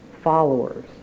followers